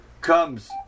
comes